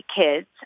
kids